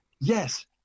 yes